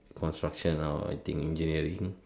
construction or I think engineering